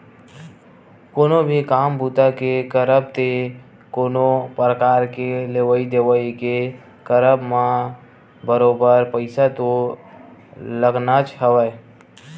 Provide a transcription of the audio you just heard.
कोनो भी काम बूता के करब ते कोनो परकार के लेवइ देवइ के करब म बरोबर पइसा तो लगनाच हवय